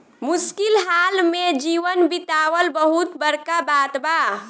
मुश्किल हाल में जीवन बीतावल बहुत बड़का बात बा